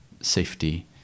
safety